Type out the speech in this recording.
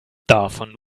davon